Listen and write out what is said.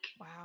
Wow